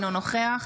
אינו נוכח